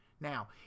Now